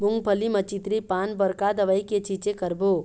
मूंगफली म चितरी पान बर का दवई के छींचे करबो?